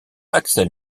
axel